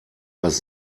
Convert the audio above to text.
was